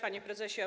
Panie Prezesie!